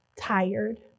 tired